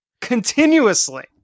continuously